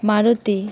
Maruti